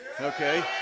Okay